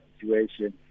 situation